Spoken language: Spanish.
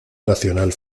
nacional